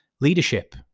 leadership